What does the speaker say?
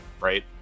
Right